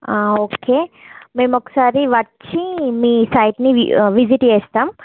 okay మేమొ ఒకసారి వచ్చి మీ సైట్ని వి విజిట్ చేస్తాం